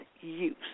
use